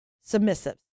submissive